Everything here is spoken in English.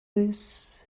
this